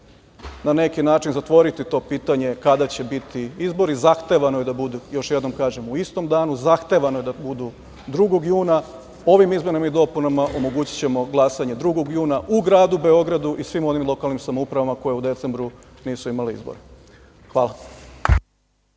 na neki način zatvoriti to pitanje kada će biti izbori. Zahtevano je da budu, još jednom kažem, u istom danu. Zahtevano je da budu 2. juna. Ovim izmenama i dopunama omogućićemo glasanje 2. juna u gradu Beogradu i svim onim lokalnim samoupravama koje u decembru nisu imale izbore. Hvala.